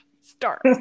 start